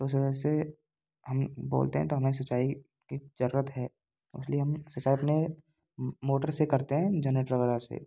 उस वजह से हम बोलते हैं तो हमें सिंचाई कि कि ज़रूरत है उस लिए हम सिंचाई अपने मोटर से करते हैं जेनरेटर वला से